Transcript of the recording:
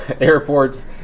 Airports